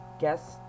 guess